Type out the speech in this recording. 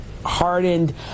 hardened